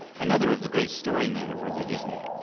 another of the great story men of early disney.